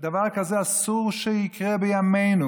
דבר כזה אסור שיקרה בימינו,